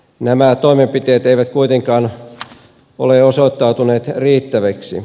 nämä toimenpiteet eivät kuitenkaan ole osoittautuneet riittäviksi